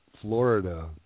Florida